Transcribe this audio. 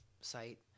site